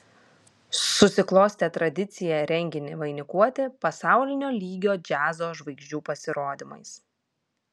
susiklostė tradicija renginį vainikuoti pasaulinio lygio džiazo žvaigždžių pasirodymais